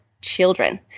children